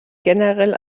generell